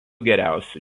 geriausių